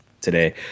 today